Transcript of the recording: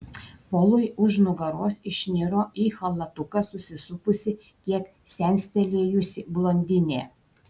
polui už nugaros išniro į chalatuką susisupusi kiek senstelėjusi blondinė